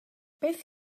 beth